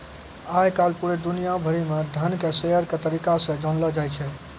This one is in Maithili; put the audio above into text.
आय काल पूरे दुनिया भरि म धन के शेयर के तरीका से जानलौ जाय छै